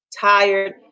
tired